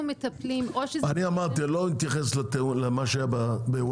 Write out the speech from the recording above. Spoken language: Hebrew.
אנחנו מטפלים או שזה --- אמרתי שאני לא מתייחס למה שהיה בוואלה.